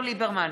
אביגדור ליברמן,